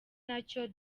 nacyo